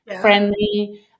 friendly